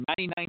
99